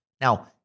Now